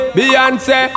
Beyonce